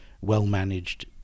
well-managed